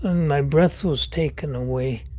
ah my breath was taken away,